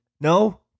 No